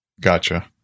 Gotcha